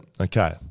Okay